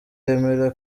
remera